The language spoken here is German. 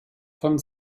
von